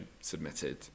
submitted